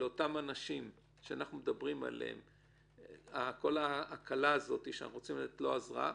לגבי אותם אנשים שאנחנו מדברים כל ההקלה הזאת שאנחנו רוצים לתת לא עזרה,